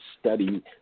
study